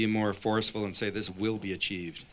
be more forceful and say this will be achieved